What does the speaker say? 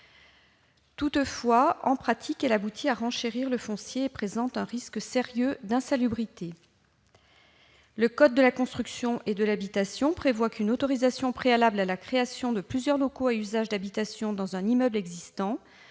Toutefois, en pratique, elle aboutit à renchérir le foncier et fait naître un risque sérieux d'insalubrité. Le code de la construction et de l'habitation prévoit qu'une autorisation préalable à la création de plusieurs locaux à usage d'habitation dans un immeuble existant